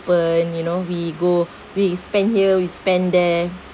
you know we go we spend here we spend there